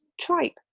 tripe